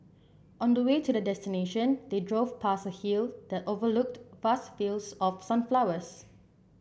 on the way to their destination they drove past a hill that overlooked vast fields of sunflowers